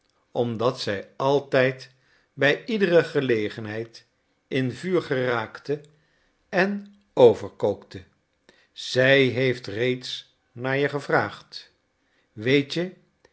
omdat zij altijd bij iedere gelegenheid in vuur geraakte en overkookte zij heeft reeds naar je gevraagd weet je